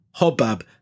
Hobab